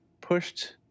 pushed